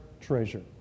treasure